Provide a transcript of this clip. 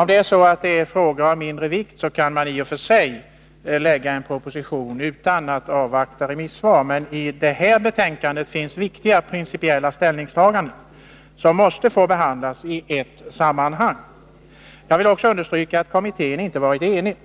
Om det gäller frågor av mindre vikt, kan man i och för sig lägga fram en proposition utan att avvakta remissvar, men i detta betänkande finns viktiga principiella ställningstaganden, som måste få behandlas i ett sammanhang. Jag vill också understryka att kommittén inte var enig.